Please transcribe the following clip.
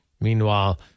Meanwhile